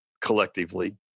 collectively